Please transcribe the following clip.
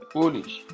Polish